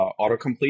autocomplete